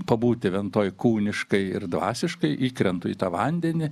pabūti ventoj kūniškai ir dvasiškai įkrentu į tą vandenį